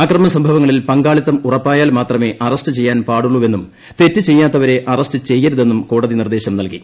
അക്രമസംഭവങ്ങളിൽ പങ്കാളിത്തം ഉറപ്പായാൽ മാത്രമേ അറസ്റ്റ് ചെയ്യാൻ പാടുള്ളൂവെന്നും തെറ്റ് ചെയ്യാത്തവരെ അറസ്റ്റ് ചെയ്യരുതെന്നും കോടതി നിർദ്ദേശം നൽകി